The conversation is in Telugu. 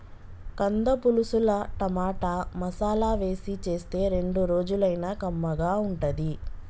కంద పులుసుల టమాటా, మసాలా వేసి చేస్తే రెండు రోజులైనా కమ్మగా ఉంటది